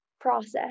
process